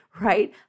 right